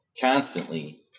constantly